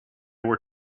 were